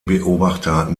beobachter